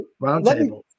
Roundtable